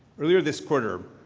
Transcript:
earlier this quarter,